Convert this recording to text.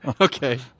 Okay